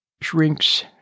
shrinks